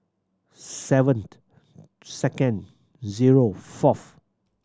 sevened second zero fourth